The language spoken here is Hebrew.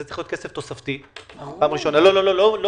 זה צריך להיות כסף תוספתי, לא מהמשרדים.